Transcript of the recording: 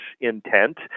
intent